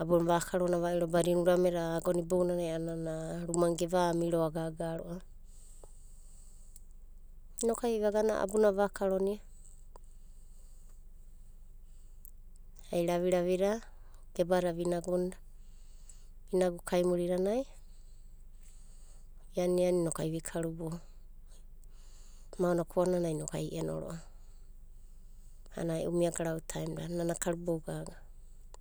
abuna vakarona va'iro badina urameda agona bounanai a'anana rumana geva miroa gaga ro'ava. Inokai vagana abuna vakarona ai raviravida gebada vinagunda, vinagu kaimurinanai vianiani inokai vi karubou. Maona kuananai inokai ie'noroa a'ana e'u mia garauda taimdada.